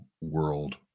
world